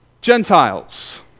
Gentiles